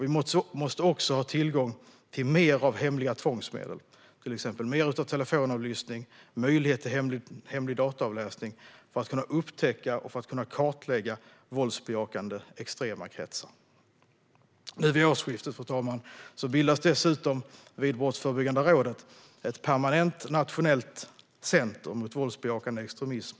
Vi måste också ha tillgång till mer av hemliga tvångsmedel, till exempel mer av telefonavlyssning och möjlighet till hemlig dataavläsning, för att kunna upptäcka och kartlägga våldsbejakande extrema kretsar. Nu vid årsskiftet bildas dessutom vid Brottsförebyggandet rådet ett permanent nationellt centrum mot våldsbejakande extremism.